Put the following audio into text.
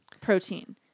protein